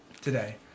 today